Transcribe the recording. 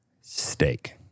steak